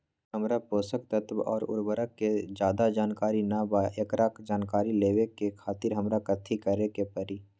हमरा पोषक तत्व और उर्वरक के ज्यादा जानकारी ना बा एकरा जानकारी लेवे के खातिर हमरा कथी करे के पड़ी?